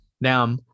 Now